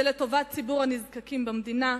זה לטובת ציבור הנזקקים במדינה,